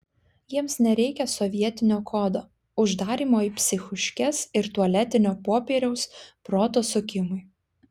jiems nereikia sovietinio kodo uždarymo į psichuškes ir tualetinio popieriaus proto sukimui